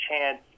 chance